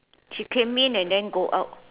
she came in and then go out